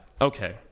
Okay